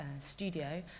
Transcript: studio